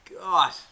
god